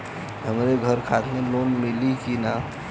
हमरे घर खातिर लोन मिली की ना?